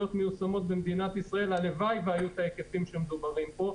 מיושמות במדינת ישראל הלוואי שהיו ההיקפים שמדובר עליהם פה.